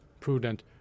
prudent